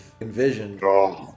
envisioned